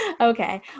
Okay